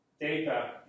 data